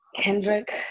Kendrick